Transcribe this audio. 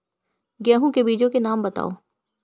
गेहूँ के बीजों के नाम बताओ?